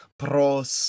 pros